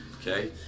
okay